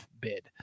bid